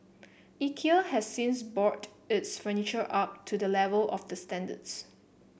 Ikea has since brought its furniture up to the level of the standards